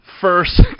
first